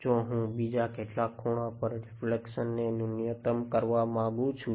જો હું બીજા કેટલાક ખૂણા પર રીફ્લેક્શન ને નુંન્યતમ કરવા માગું છું